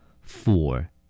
Four